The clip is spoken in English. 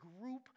group